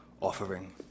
offering